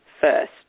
first